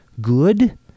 good